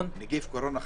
"נגיף הקורונה החדש".